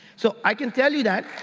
so i can tell you that